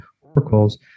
oracles